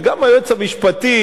וגם היועץ המשפטי,